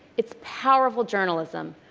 it's powerful journalism.